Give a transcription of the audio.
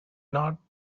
not